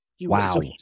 Wow